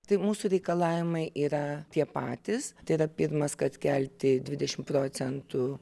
tai mūsų reikalavimai yra tie patys tai yra pirmas kad kelti dvidešimt procentų